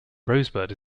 rosebud